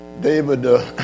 David